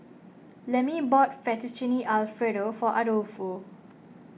Lemmie bought Fettuccine Alfredo for Adolfo